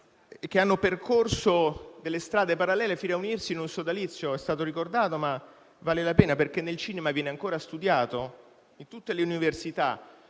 che hanno percorso strade parallele fino a unirsi in un sodalizio. È stato ricordato, ma vale la pena farlo, perché viene ancora studiata in tutte le università